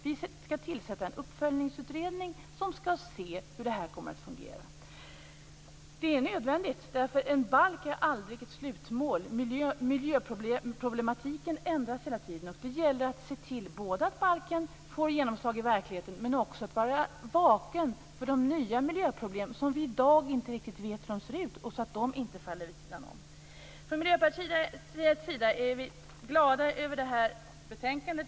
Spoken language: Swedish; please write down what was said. Vi skall tillsätta en uppföljningsutredning som skall se hur det här kommer att fungera. Det är nödvändigt, för en balk är aldrig ett slutmål. Miljöproblematiken ändras hela tiden. Det gäller både att se till att balken får genomslag i verkligheten och att vara vaken för de nya miljöproblem som vi i dag inte riktigt vet hur de ser ut, så att de inte faller vid sidan av. Från Miljöpartiets sida är vi glada över de här betänkandena.